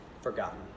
forgotten